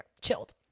chilled